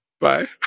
Bye